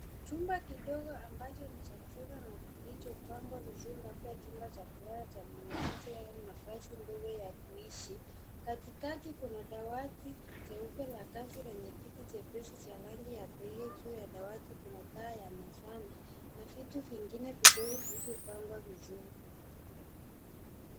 Chumba kidogo ambacho ni cha kisasa na kilichopangwa vizuri; labda chumba cha kulala cha mwanafunzi au nafasi ndogo ya kuishi. Katikati kuna dawati jeupe la kazi na kiti chepesi cha rangi ya pekee. Juu ya dawati kuna taa uya mezani na vitu vingine vidogo vilivyo pangwa vizuri